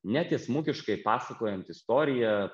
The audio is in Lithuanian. ne tiesmukiškai pasakojant istoriją